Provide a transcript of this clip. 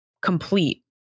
complete